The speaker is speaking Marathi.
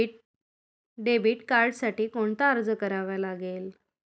डेबिट कार्डसाठी कोणता अर्ज करावा लागेल?